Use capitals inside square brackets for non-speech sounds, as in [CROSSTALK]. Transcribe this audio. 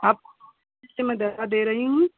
आप [UNINTELLIGIBLE] मैं दवा दे रही हूँ